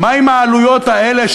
מה עם העלויות האלה,